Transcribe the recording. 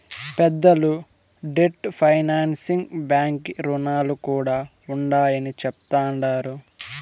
పెద్దలు debt financing బాంకీ రుణాలు కూడా ఉండాయని చెప్తండారు